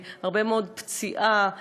הרבה מאוד פציעה,